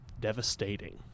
devastating